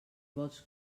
vols